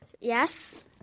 Yes